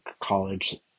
college